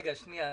רגע, שנייה.